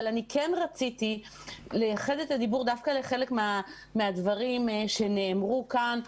אני כן רציתי לייחד את הדיבור דווקא לחלק מהדברים שנאמרו כאן,